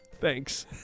thanks